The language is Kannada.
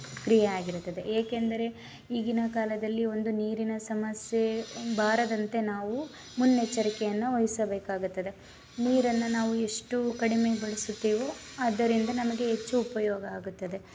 ಕ್ರಿಯೆಯಾಗಿರುತ್ತದೆ ಏಕೆಂದರೆ ಈಗಿನ ಕಾಲದಲ್ಲಿ ಒಂದು ನೀರಿನ ಸಮಸ್ಯೆ ಬಾರದಂತೆ ನಾವು ಮುನ್ನೆಚ್ಚರಿಕೆಯನ್ನು ವಹಿಸಬೇಕಾಗುತ್ತದೆ ನೀರನ್ನು ನಾವು ಎಷ್ಟು ಕಡಿಮೆ ಬಳಸುತ್ತೇವೋ ಆದ್ದರಿಂದ ನಮಗೆ ಹೆಚ್ಚು ಉಪಯೋಗ ಆಗುತ್ತದೆ